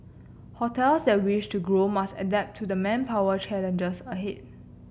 hotels that wish to grow must adapt to the manpower challenges ahead